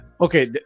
okay